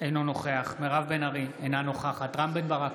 אינו נוכח מירב בן ארי, אינה נוכחת רם בן ברק,